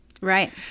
Right